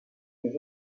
ses